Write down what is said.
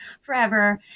forever